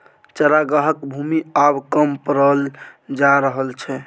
चरागाहक भूमि आब कम पड़ल जा रहल छै